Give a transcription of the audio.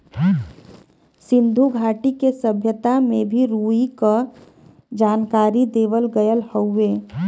सिन्धु घाटी के सभ्यता में भी रुई क जानकारी देवल गयल हउवे